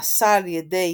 נעשה על ידי